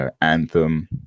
Anthem